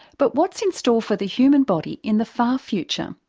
but what's in store for the human body in the far future?